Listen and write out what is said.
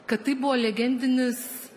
kad tai buvo legendinis